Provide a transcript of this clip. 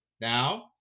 Now